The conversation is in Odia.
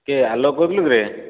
କିଏ ଆଲୋକ କହୁଥିଲୁ କିରେ